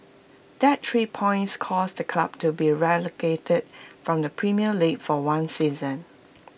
that three points caused the club to be relegated from the premier league for one season